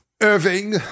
Irving